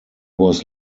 was